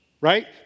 right